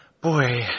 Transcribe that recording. boy